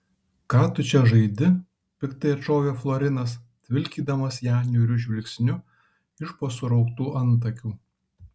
ką tu čia žaidi piktai atšovė florinas tvilkydamas ją niūriu žvilgsniu iš po surauktų antakių